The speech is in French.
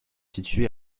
situé